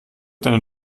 deine